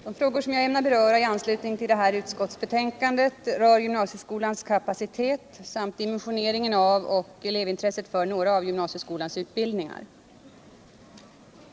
Herr talman! De frågor jag ämnar beröra i anslutning till detta utskottsbetänkande rör gymnasieskolans kapacitet samt dimensioneringen av och elevintresset för några av gymnasieskolans utbildningar.